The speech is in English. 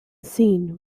scene